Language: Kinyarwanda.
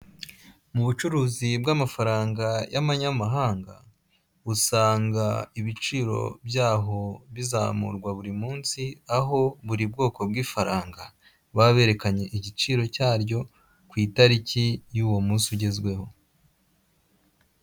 Mu bucuruzi bw'amafaranga y'amanyamahanga, usanga ibiciro byaho bizamurwa buri munsi, aho buri bwoko bw'ifaranga baba berekanye igiciro cyaryo ku itariki y'uwo munsi ugezweho.